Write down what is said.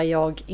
jag